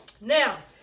Now